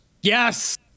Yes